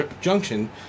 Junction